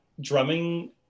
drumming